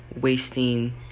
wasting